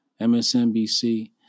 MSNBC